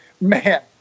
man